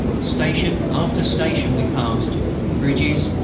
station after station we passed bridges,